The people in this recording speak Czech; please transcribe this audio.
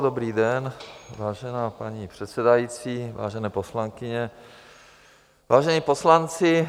Dobrý den, vážená paní předsedající, vážené poslankyně, vážení poslanci.